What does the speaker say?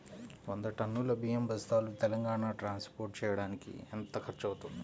వంద టన్నులు బియ్యం బస్తాలు తెలంగాణ ట్రాస్పోర్ట్ చేయటానికి కి ఎంత ఖర్చు అవుతుంది?